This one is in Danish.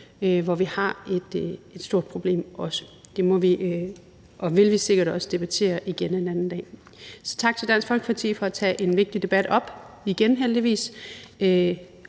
hvor vi har et stort problem også. Det må vi og vil vi sikkert også debattere igen en anden dag. Så tak til Dansk Folkeparti for at tage en vigtig debat op igen, heldigvis.